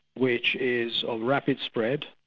which is a rapid spread,